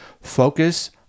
Focus